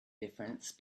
difference